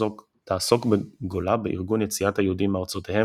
שתעסוק בגולה בארגון יציאת היהודים מארצותיהם